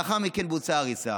לאחר מכן בוצעה הריסה.